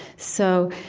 so,